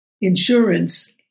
insurance